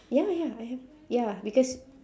ya ya I have ya because